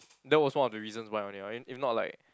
that was one of the reasons why only I mean if not like